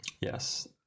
Yes